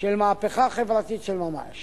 של מהפכה חברתית של ממש,